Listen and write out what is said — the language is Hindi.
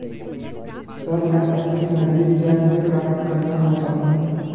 सर, मैं अपनी सैलरी चैक से प्राप्त करना चाहता हूं